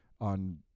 on